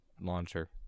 launcher